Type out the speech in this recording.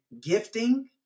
gifting